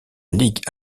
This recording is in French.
ligue